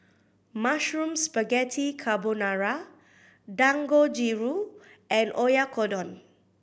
Mushroom Spaghetti Carbonara Dangojiru and Oyakodon